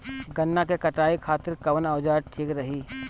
गन्ना के कटाई खातिर कवन औजार ठीक रही?